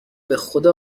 بخدا